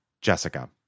Jessica